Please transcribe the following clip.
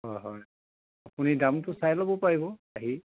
হয় হয় আপুনি দামটো চাই ল'ব পাৰিব আহি